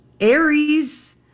Aries